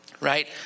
Right